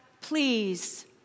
please